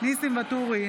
ניסים ואטורי,